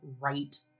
right